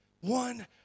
one